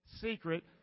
Secret